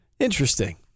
Interesting